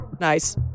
Nice